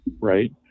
right